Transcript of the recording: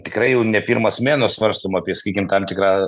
tikrai jau ne pirmas mėnuo svarstom apie sakykim tam tikrą